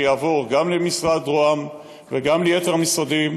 שיעבור גם למשרד ראש הממשלה וגם ליתר המשרדים,